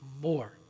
more